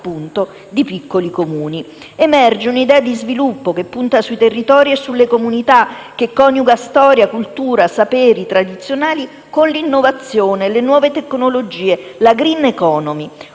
di piccoli Comuni. Emerge una idea di sviluppo che punta sui territori e sulle comunità, che coniuga storia, cultura, saperi tradizionali con l'innovazione e le nuove tecnologie, la *green economy*.